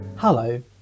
Hello